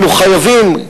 אנחנו חייבים,